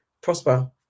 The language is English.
prosper